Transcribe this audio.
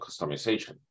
customization